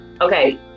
Okay